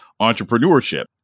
entrepreneurship